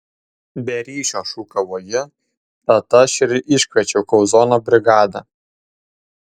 be ryšio šūkavo ji tad aš ir iškviečiau kauzono brigadą